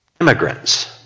immigrants